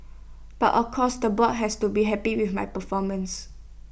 but of course the board has to be happy with my performance